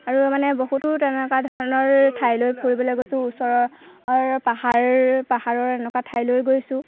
আৰু মানে বহুতো তেনেকুৱা ধৰণৰ ঠাইলৈ ফুৰিবলৈ গৈছোঁ ওচৰৰ পাহাৰ পাহাৰৰ এনেকুৱা ঠাইলৈয়ো গৈছোঁ